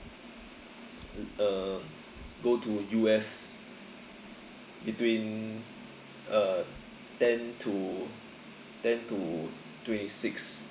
uh go to U_S between uh ten to ten to twenty six